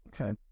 okay